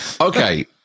okay